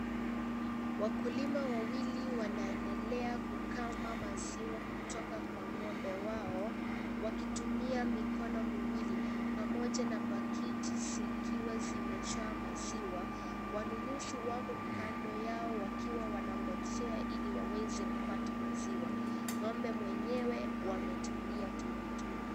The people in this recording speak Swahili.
Wakulima wawili wanaendelea kukama maziwa kutoka kwa ng'ombe wao, wakitumia mikono miwili pamoja na pakiti zikiwa zimejaa maziwa. Wanunuzi wako kando yao wakiwa wanangojea ili waweze kupata maziwa. Ng'ombe mwenyewe wametulia tuli tuli.